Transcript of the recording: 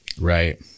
Right